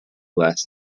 last